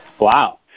Wow